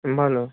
ভালো